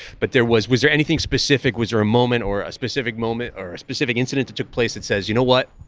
but there was was there anything specific? was there a moment or a specific moment or a specific incident that took place that says, you know what?